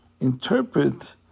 interpret